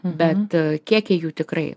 bet kiekiai jų tikrai